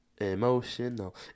emotional